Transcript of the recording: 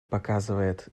показывает